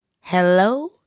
Hello